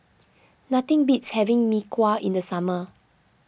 nothing beats having Mee Kuah in the summer